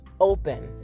open